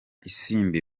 isimbi